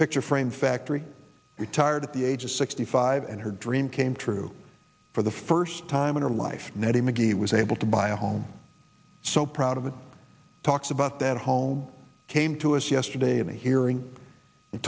picture frame factory retired at the age of sixty five and her dream came true for the first time in her life nettie mcgee was able to buy a home so proud of it talks about that home came to us yesterday in a hearing and